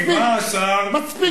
מספיק, מספיק כבר.